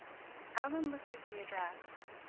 allan looked at the address.